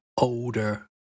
older